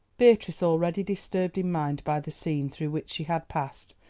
beatrice, already disturbed in mind by the scene through which she had passed,